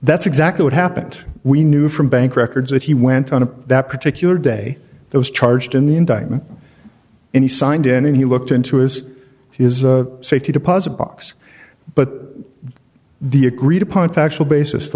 that's exactly what happened we knew from bank records that he went on to that particular day those charged in the indictment and he signed in and he looked into as he is a safety deposit box but the agreed upon factual basis t